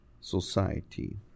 society